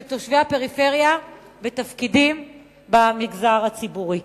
תושבי הפריפריה בתפקידים במגזר הציבורי.